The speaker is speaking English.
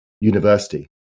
university